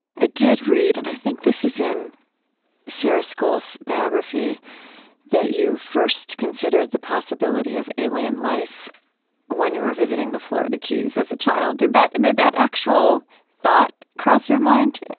i did read and i think this is in sarah scoles's biography that you first considered the possibility of alien life when you were visiting the florida keys as a child. did that did that actual thought cross your mind?